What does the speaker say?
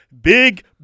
Big